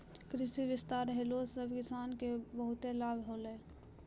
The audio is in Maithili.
कृषि विस्तार होला से किसान के बहुते लाभ होलै